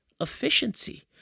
efficiency